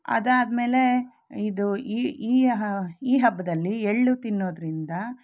ಅದಾದ್ಮೇಲೆ ಇದು ಈ ಈ ಈ ಹಬ್ಬದಲ್ಲಿ ಎಳ್ಳು ತಿನ್ನೋದ್ರಿಂದ